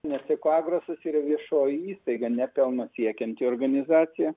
nes ekoagros yra viešoji įstaiga nepelno siekianti organizacija